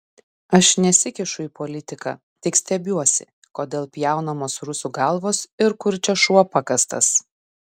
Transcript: aš nesikišu į politiką tik stebiuosi kodėl pjaunamos rusų galvos ir kur čia šuo pakastas